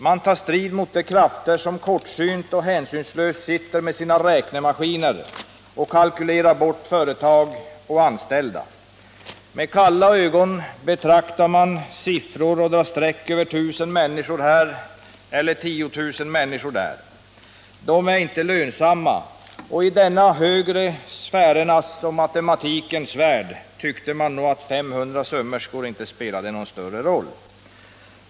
De tar strid mot de krafter som kortsynt och hänsynslöst sitter med sina räknemaskiner och kalkylerar bort företag och anställda. Med kalla ögon betraktar man siffror och drar streck över tusen människor här eller tiotusen människor där. De är inte lönsamma. Och i denna de högre sfärernas och matematikens värld tyckte man nog att 500 sömmerskor inte spelade någon större roll.